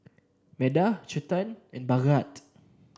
Medha Chetan and Bhagat